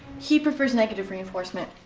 he prefers negative reinforcement.